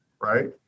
right